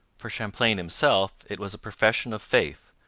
for champlain himself it was a profession of faith,